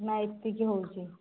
ନା ଏତିକି ହେଉଛି